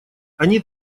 они